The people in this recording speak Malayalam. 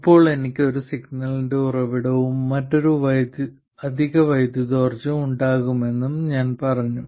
ഇപ്പോൾ എനിക്ക് ഒരു സിഗ്നലിന്റെ ഉറവിടവും മറ്റൊരു അധിക വൈദ്യുതിയോർജ്ജം ഉണ്ടാകുമെന്ന് ഞാൻ പറഞ്ഞു